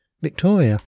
Victoria